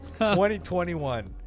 2021